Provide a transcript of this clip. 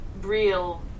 real